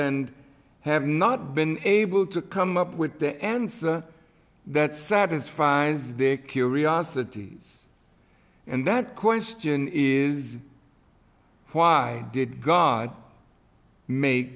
and have not been able to come up with the answer that satisfies their curiosities and that question is why did god ma